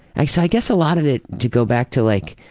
i so i guess a lot of it to go back to like